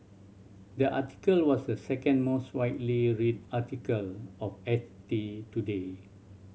the article was the second most widely read article of F T today